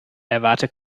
erwarte